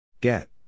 Get